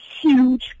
huge